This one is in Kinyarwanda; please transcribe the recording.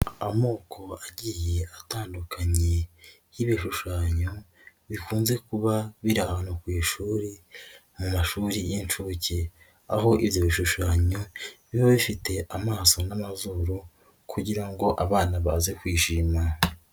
Amoko agiye atandukanye y'ibishushanyo bikunze kuba biri ahantu ku ishuri mu mashuri y'inshuke, aho ibyo bishushanyo biba bifite amaso n'amazuru, kugira ngo abana baze kwishima.